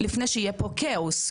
לפני שיהיה פה כאוס.